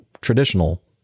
traditional